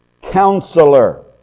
Counselor